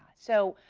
so.